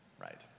right